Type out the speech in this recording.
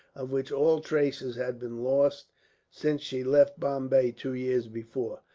of which all traces had been lost since she left bombay two years before.